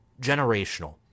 Generational